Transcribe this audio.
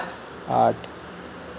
आठ